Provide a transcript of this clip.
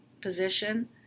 position